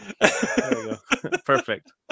Perfect